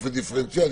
באופן דיפרנציאלי.